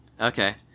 okay